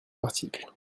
l’article